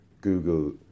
Google